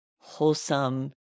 wholesome